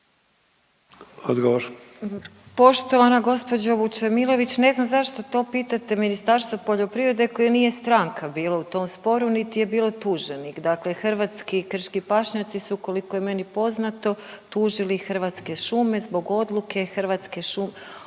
(HDZ)** Poštovana gospođo Vučemilović ne znam zašto to pitate Ministarstvo poljoprivrede koje nije stranka bilo u tom sporu niti je bilo tuženik. Dakle Hrvatski krški pašnjaci su koliko je meni poznato tužili Hrvatske šume zbog odluke o